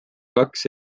kaks